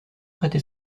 prêter